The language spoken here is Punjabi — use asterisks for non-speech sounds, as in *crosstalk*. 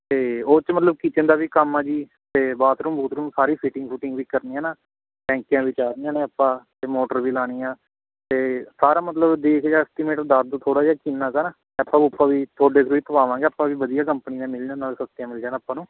ਅਤੇ ਉਹ 'ਚ ਮਤਲਬ ਕਿਚਨ ਦਾ ਵੀ ਕੰਮ ਆ ਜੀ ਅਤੇ ਬਾਥਰੂਮ ਬੂਥਰੂਮ ਸਾਰੀ ਫਿਟਿੰਗ ਫੁਟਿੰਗ ਵੀ ਕਰਨੀ ਹੈ ਨਾ ਟੈਂਕੀਆਂ ਵੀ ਚਾੜਨੀਆਂ ਨੇ ਆਪਾਂ ਅਤੇ ਮੋਟਰ ਵੀ ਲਾਉਣੀ ਆ ਅਤੇ ਸਾਰਾ ਮਤਲਬ ਦੇਖ *unintelligible* ਐਸਟੀਮੇਟ ਦੱਸ ਦਿਉ ਥੋੜ੍ਹਾ ਜਿਹਾ ਕਿੰਨਾ ਕੁ ਆ ਨਾ ਪਾਈਪਾਂ ਪੂਇਪਾਂ ਵੀ ਤੁਹਾਡੇ ਤੋਂ ਹੀ ਪਵਾਵਾਂਗੇ ਆਪਾਂ ਵੀ ਵਧੀਆ ਕੰਪਨੀਆਂ ਦੀਆਂ ਮਿਲ ਜਾਣ ਨਾਲੇ ਸਸਤੀਆਂ ਮਿਲ ਜਾਣ ਆਪਾਂ ਨੂੰ